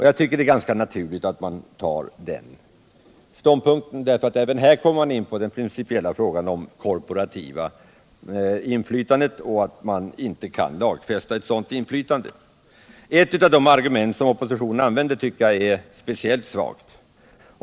Jag tycker att det är en naturlig ståndpunkt. Även här kommer man in på den principiella frågan om att det inte går att lagfästa om ett korporativt inflytande. Ett av de argument som oppositionen anför är speciellt svagt.